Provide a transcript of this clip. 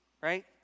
right